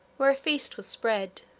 where a feast was spread,